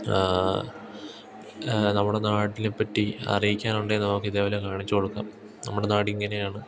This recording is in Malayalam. നമ്മുടെ നാടിനെ പറ്റി അറിയിക്കാനുണ്ടേ നമുക്ക് ഇതേപോലെ കാണിച്ചു കൊടുക്കാം നമ്മുടെ നാടിങ്ങനെ ആണ്